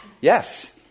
Yes